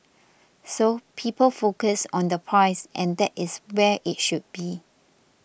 so people focus on the price and that is where it should be